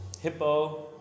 Hippo